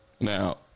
Now